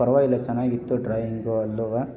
ಪರವಾಗಿಲ್ಲ ಚೆನ್ನಾಗಿತ್ತು ಡ್ರಾಯಿಂಗು ಅಲ್ಲೂ